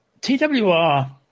TWR